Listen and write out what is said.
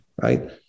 right